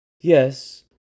Yes